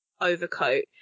overcoat